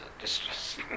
Distress